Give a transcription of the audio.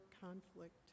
conflict